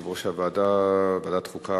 יושב-ראש ועדת החוקה,